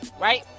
right